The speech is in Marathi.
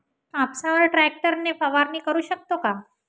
कापसावर ट्रॅक्टर ने फवारणी करु शकतो का?